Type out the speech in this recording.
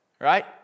Right